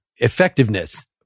Effectiveness